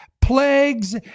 plagues